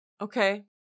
Okay